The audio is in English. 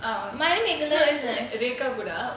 manimegalai is nice